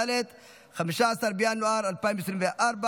התוצאות: שבעה בעד, אין מתנגדים ואין נמנעים.